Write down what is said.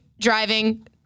driving